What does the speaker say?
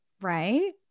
Right